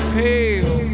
pale